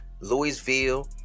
louisville